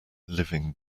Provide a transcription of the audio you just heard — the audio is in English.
living